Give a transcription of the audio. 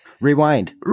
Rewind